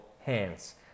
hands